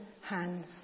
hands